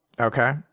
Okay